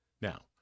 Now